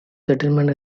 settlement